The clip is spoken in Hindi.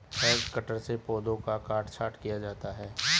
हेज कटर से पौधों का काट छांट किया जाता है